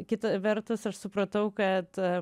kita vertus aš supratau kad